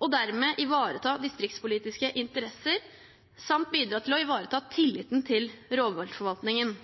og dermed ivareta distriktspolitiske interesser, samt bidra til å ivareta tilliten til rovviltforvaltningen.»